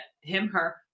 him/her